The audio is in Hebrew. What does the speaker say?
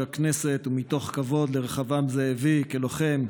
הכנסת ומתוך כבוד לרחבעם זאבי כלוחם,